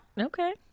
Okay